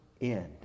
end